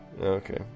Okay